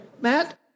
Matt